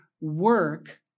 work